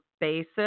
basis